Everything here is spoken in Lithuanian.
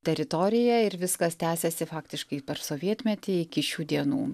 teritoriją ir viskas tęsiasi faktiškai per sovietmetį iki šių dienų